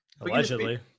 allegedly